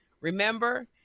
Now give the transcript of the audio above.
Remember